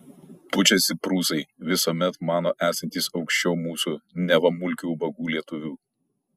pučiasi prūsai visuomet mano esantys aukščiau mūsų neva mulkių ubagų lietuvių